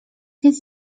nic